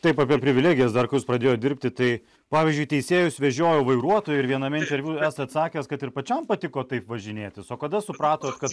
taip apie privilegijas dar kai jūs pradėjot dirbti tai pavyzdžiui teisėjus vežiojo vairuotojai ir viename interviu esat sakęs kad ir pačiam patiko taip važinėtis o kada supratot kad